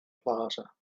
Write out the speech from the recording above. plaza